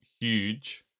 huge